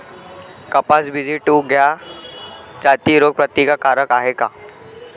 कपास BG two ह्या जाती रोग प्रतिकारक हाये का?